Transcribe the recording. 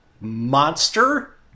monster